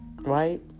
Right